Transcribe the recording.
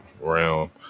realm